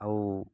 ଆଉ